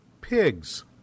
pigs